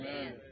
Amen